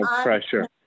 pressure